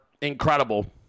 incredible